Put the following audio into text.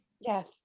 Yes